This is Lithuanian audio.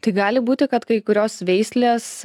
tai gali būti kad kai kurios veislės